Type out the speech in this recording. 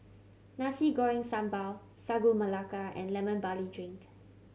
Nasi Goreng Sambal Sagu Melaka and Lemon Barley Drink